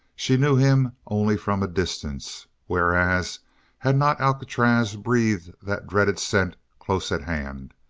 she knew him only from a distance whereas had not alcatraz breathed that dreaded scent close at hand?